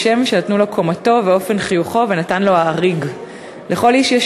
שם/ שנתנו לו קומתו ואופן חיוכו/ ונתן לו האריג.// לכל איש יש